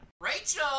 Rachel